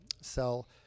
sell